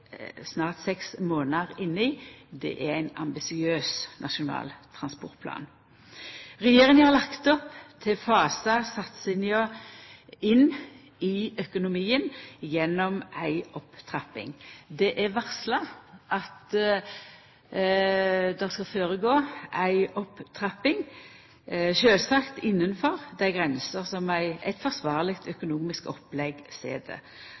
snart er seks månader inne i: Det er ein ambisiøs nasjonal transportplan. Regjeringa har lagt opp til å fasa satsinga inn i økonomien gjennom ei opptrapping. Det er varsla ei opptrapping, sjølvsagt innanfor dei grensene som eit forsvarleg økonomisk opplegg set. Statsbudsjettet for 2010 er altså det